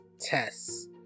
tests